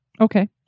Okay